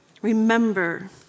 Remember